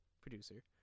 producer